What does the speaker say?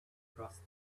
crossed